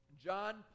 John